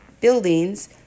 buildings